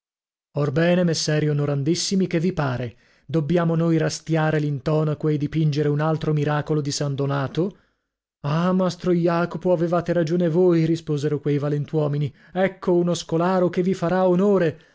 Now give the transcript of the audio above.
orbene messeri onorandissimi che vi pare dobbiamo noi rastiare l'intonaco e dipingere un altro miracolo di san donato ah mastro jacopo avevate ragione voi risposero quei valentuomini ecco uno scolaro che vi farà onore